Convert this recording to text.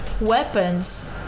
weapons